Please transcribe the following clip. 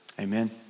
Amen